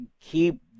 keep